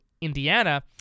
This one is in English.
Indiana